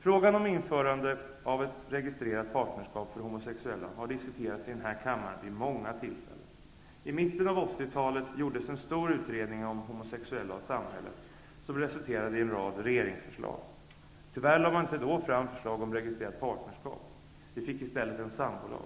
Frågan om införande av registrerat partnerskap för homosexuella har diskuterats i denna kammare vid många tillfällen. I mitten av 80-talet gjordes en stor utredning, Homosexuella och samhället, som resulterade i en rad regeringsförslag. Tyvärr lade man inte då fram förslag om registrerat partnerskap -- vi fick i stället en sambolag.